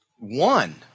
one